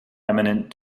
eminent